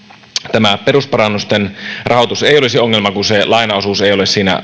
tämä perusparannusten rahoitus ei olisi ongelma kun se lainaosuus ei ole siinä